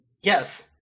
Yes